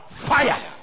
Fire